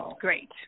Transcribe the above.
great